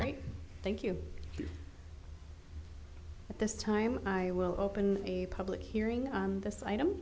right thank you at this time i will open a public hearing on this item